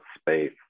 space